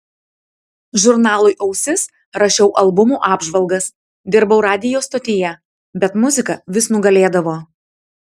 žurnalui ausis rašiau albumų apžvalgas dirbau radijo stotyje bet muzika vis nugalėdavo